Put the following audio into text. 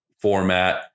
Format